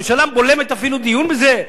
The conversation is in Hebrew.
הממשלה בולמת אפילו דיון בזה?